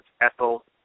ethyl